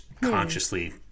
consciously